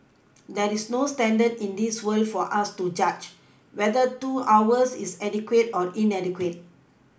there is no standards in this world for us to judge whether two hours is adequate or inadequate